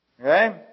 Okay